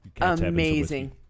amazing-